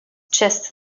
chest